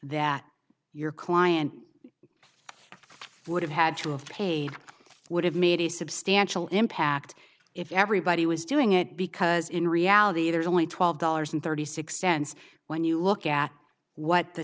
that your client for would have had to have paid would have made a substantial impact if everybody was doing it because in reality there is only twelve dollars and thirty six cents when you look at what the